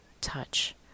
touch